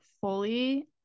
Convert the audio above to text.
fully